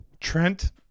Trent